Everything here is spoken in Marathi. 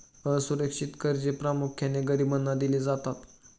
असुरक्षित कर्जे प्रामुख्याने गरिबांना दिली जातात